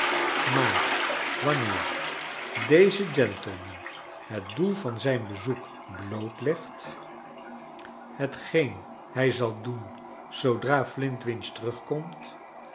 maar wanneer deze gentleman het doel van zijn bezoek blootlegt hetgeen hij zal doen zoodra flintwinch terugkomt